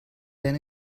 then